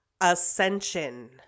ascension